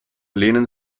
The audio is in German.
lehnen